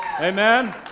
Amen